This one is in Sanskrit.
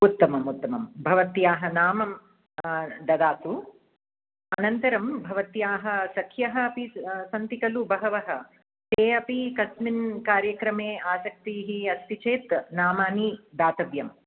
उत्तमम् उत्तमं भवत्याः नाम ददातु अनन्तरं भवत्याः सख्यः अपि सन्ति खलु बहवः ते अपि कस्मिन् कार्यक्रमे आसक्तिः अस्ति चेत् नामानि दातव्यम्